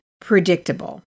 predictable